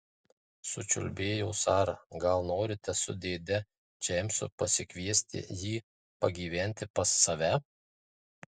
sučiulbėjo sara gal norite su dėde džeimsu pasikviesti jį pagyventi pas save